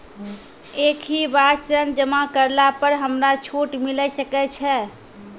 एक ही बार ऋण जमा करला पर हमरा छूट मिले सकय छै?